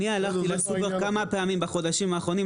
אני הלכתי לסופר כמה פעמים בחודשים האחרונים,